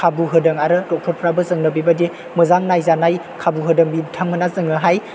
खाबु होदों आरो डक्टरफ्राबो जोंनो बेबायदि मोजां नायजानाय खाबु होदों बिथांमोना जोंनोहाय